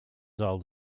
old